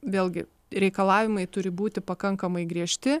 vėlgi reikalavimai turi būti pakankamai griežti